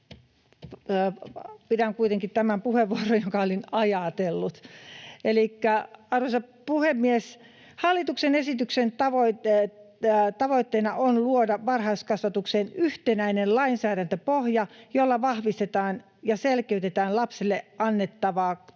pidän kuitenkin tämän puheenvuoron, jonka olin ajatellut. — Arvoisa puhemies! Hallituksen esityksen tavoitteena on luoda varhaiskasvatukseen yhtenäinen lainsäädäntöpohja, jolla vahvistetaan ja selkeytetään lapsille annettavaa